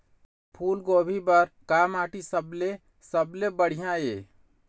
फूलगोभी बर का माटी सबले सबले बढ़िया ये?